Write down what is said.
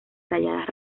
talladas